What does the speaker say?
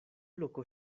loko